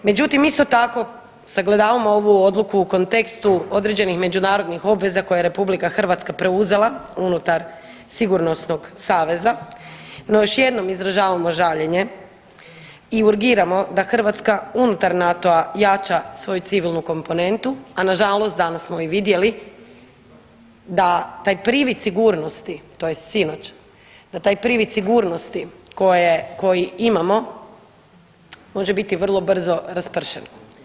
Međutim, isto tako sagledavamo ovu odluku u kontekstu određenih međunarodnih obveza koje je RH preuzela unutar sigurnosnog saveza, no još jednom izražavamo žaljenje i urgiramo da Hrvatska unutar NATO-a jača svoju civilnu komponentu, a nažalost danas smo i vidjeli da privid sigurnosti tj. sinoć da taj privid sigurnosti koji imamo može biti vrlo brzo raspršen.